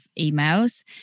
emails